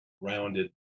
rounded